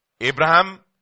Abraham